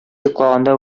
йоклаганда